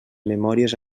memòries